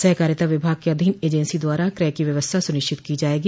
सहकारिता विभाग के अधीन एजेंसी द्वारा क्रय की व्यवस्था सुनिश्चित की जायेगी